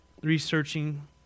researching